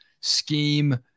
scheme